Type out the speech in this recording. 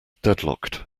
deadlocked